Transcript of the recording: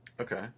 Okay